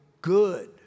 good